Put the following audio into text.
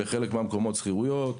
בחלק מהמקומות נתנו שכירויות,